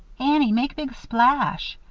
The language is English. annie make big splash,